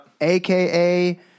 Aka